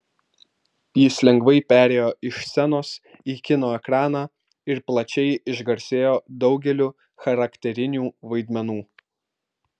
jis lengvai perėjo iš scenos į kino ekraną ir plačiai išgarsėjo daugeliu charakterinių vaidmenų